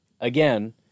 again